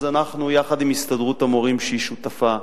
אז אנחנו, יחד עם הסתדרות המורים, שהיא שותפה,